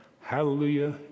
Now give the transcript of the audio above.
Hallelujah